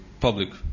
public